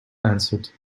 answered